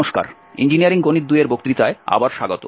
নমস্কার ইঞ্জিনিয়ারিং গণিত 2 এর বক্তৃতায় আবার স্বাগত